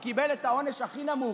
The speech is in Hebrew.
הוא קיבל את העונש הכי נמוך,